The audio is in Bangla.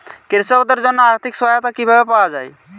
কৃষকদের জন্য আর্থিক সহায়তা কিভাবে পাওয়া য়ায়?